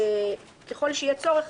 ככל שיהיה צורך,